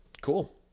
Cool